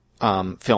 film